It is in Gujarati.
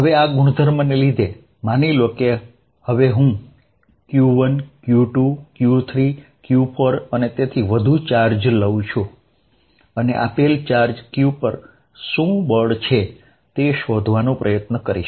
હવે આ ગુણધર્મને લીધે માની લો કે હવે હું Q1 Q2 Q3 Q4 અને તેથી વધુ ચાર્જ લઉ છું અને આપેલ ચાર્જ q પર શું બળ છે તે શોધવાનો પ્રયત્ન કરીશ